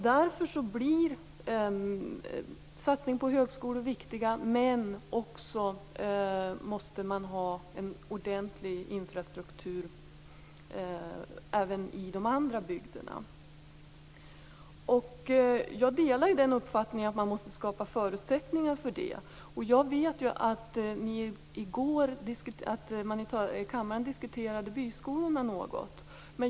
Därför blir satsningarna på högskolor viktiga, men man måste också ha en ordentlig infrastruktur även i de andra bygderna. Jag delar uppfattningen att man måste skapa förutsättningar för detta. Jag vet att man i går i kammaren diskuterade byskolorna.